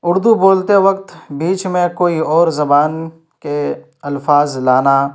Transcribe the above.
اردو بولتے وقت بیچ میں کوئی اور زبان کے الفاظ لانا